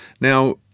Now